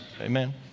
amen